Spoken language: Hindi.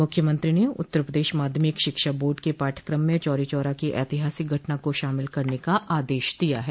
मुख्यमंत्री ने उत्तर प्रदेश माध्यमिक शिक्षा बोर्ड के पाठ्यक्रम में चौरी चौरा की ऐतिहासिक घटना को शामिल करने का आदेश दिया है